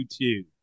YouTube